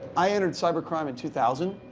i entered cybercrime in two thousand,